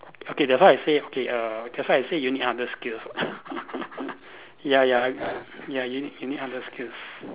okay that's why I say okay err that's why I say you need other skills [what] ya ya ya you you need other skills